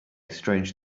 strange